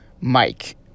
Mike